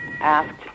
asked